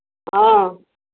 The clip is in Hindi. हाँ